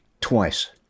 twice